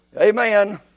Amen